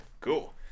Cool